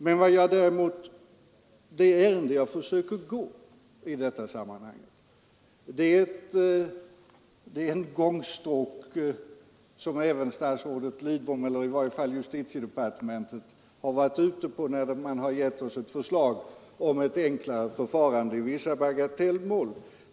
Men den väg jag försöker gå i detta sammanhang är ett gångstråk som även statsrådet Lidbom eller i varje fall justitiedepartementet har varit inne på när man har gett oss ett förslag om ett enklare förfarande i vissa bagatellmål.